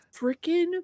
freaking